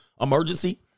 emergency